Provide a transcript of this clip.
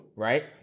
Right